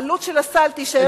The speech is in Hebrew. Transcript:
העלות של הסל תישאר זהה.